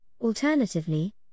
Alternatively